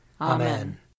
Amen